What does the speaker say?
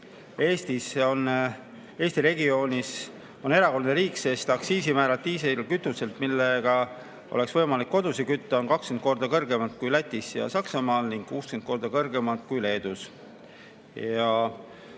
Eesti on regioonis [erandlik] riik, sest aktsiisimäärad on diislikütusel, millega oleks võimalik kodusid kütta, 20 korda kõrgemad kui Lätis ja Saksamaal ning 60 korda kõrgemad kui Leedus.